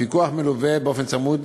הפיקוח מלווה באופן צמוד,